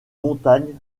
montagnes